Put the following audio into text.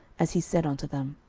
as he said unto them.